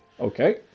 Okay